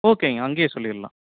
ஓகேங்க அங்கேயே சொல்லிவிட்லாம்